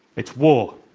it's war.